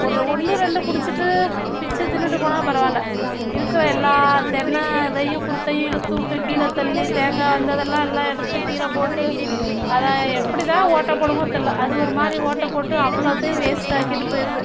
ஒரு ஒன்று ரெண்டு குடிச்சிகிட்டு பிச்சு தின்னுவிட்டு போனாலும் பரவா இல்ல இருக்கிற எல்லா தென்னை இதையும் குருத்தையும் இழுத்துவிட்டு கீழேத்தள்ளி தேங்காய் வந்து அதெல்லாம் எல்லாம் எடுத்து கீழேப் போட்டு அதை எப்படி தான் ஓட்டப் போடுமோ தெரில அது ஒரு மாதிரி ஓட்டப் போட்டு அவ்வளோத்தையும் வேஸ்ட் ஆக்கிட்டு போயிருது